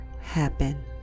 happen